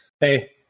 Hey